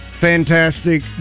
fantastic